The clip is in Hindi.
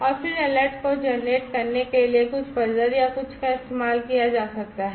और फिर अलर्ट को जेनरेट करने के लिए कुछ बजर या कुछ का इस्तेमाल किया जा सकता है